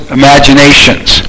imaginations